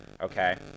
okay